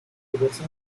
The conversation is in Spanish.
diverso